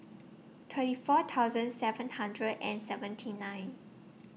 thirty four thousand seven hundred and seventy nine